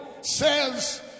says